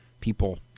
people